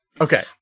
Okay